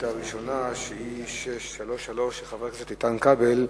לשאילתא הראשונה, 633, של חבר הכנסת איתן כבל,